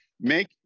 Make –